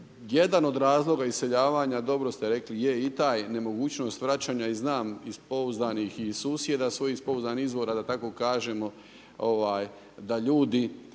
Jedan od razloga iseljavanja, dobro ste rekli, je i taj, nemogućnost vraćanja i znam iz pouzdanih i iz susjeda svojih, iz pouzdanih izvora da tako kažemo, da ljudi